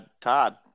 Todd